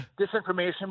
disinformation